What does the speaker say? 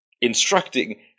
instructing